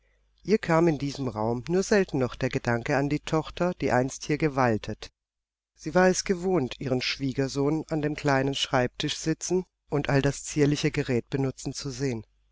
ihr kam in diesem raum nur selten noch der gedanke an die tochter die einst hier gewaltet sie war es gewohnt ihren schwiegersohn an dem kleinen schreibtisch sitzen und all das zierliche gerät benutzen zu sehen